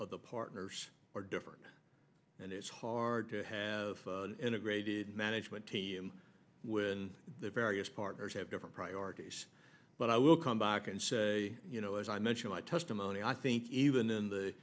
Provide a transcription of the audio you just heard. of the partners are different and it's hard to have integrated management team when the various partners have different priorities but i will come back and say you know as i mentioned my testimony i think even in the